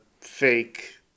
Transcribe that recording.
fake